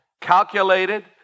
calculated